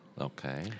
Okay